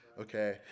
okay